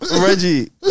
Reggie